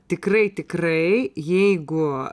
tikrai tikrai jeigu